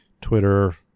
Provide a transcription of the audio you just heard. twitter